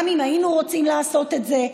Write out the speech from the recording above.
גם אם היינו רוצים לעשות את זה,